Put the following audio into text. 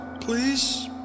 please